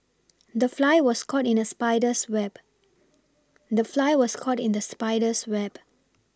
the fly was caught in the spider's web the fly was caught in the spider's web